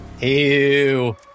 Ew